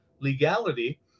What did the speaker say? legality